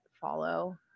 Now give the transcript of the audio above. follow